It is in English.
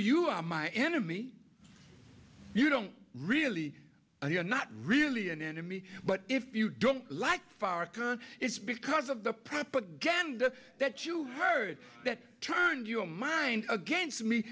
you are my enemy you don't really you're not really an enemy but if you don't like it's because of the propaganda that you heard that turned your mind against me